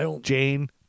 Jane